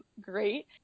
great